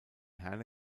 herne